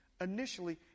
initially